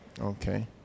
Okay